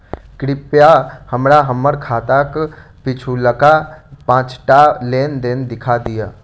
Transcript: कृपया हमरा हम्मर खाताक पिछुलका पाँचटा लेन देन देखा दियऽ